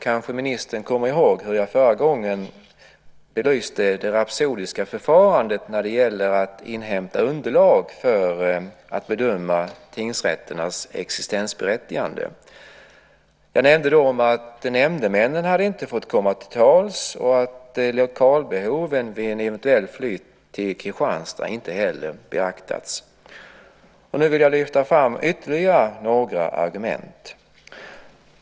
Kanske ministern kommer ihåg hur jag förra gången belyste det rapsodiska förfarandet att inhämta underlag för att bedöma tingsrätternas existensberättigande. Jag nämnde då att nämndemännen inte hade fått komma till tals och att lokalbehoven vid en eventuell flyttning till Kristianstad inte heller beaktats. Nu vill jag lyfta fram ytterligare några argument.